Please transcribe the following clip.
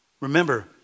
Remember